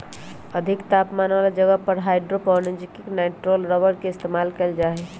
अधिक तापमान वाला जगह पर हाइड्रोजनीकृत नाइट्राइल रबर के इस्तेमाल कइल जा हई